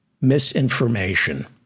misinformation